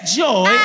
joy